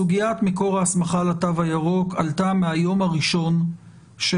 סוגיית מקור ההסמכה על התו הירוק עלתה מהיום הראשון של